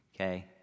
Okay